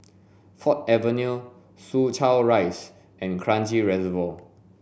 Ford Avenue Soo Chow Rise and Kranji Reservoir